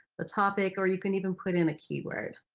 the topic or you can even put in a keyword.